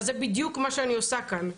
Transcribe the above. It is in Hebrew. אבל זה בדיוק מה שאני עושה כאן.